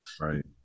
Right